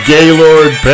Gaylord